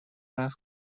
asked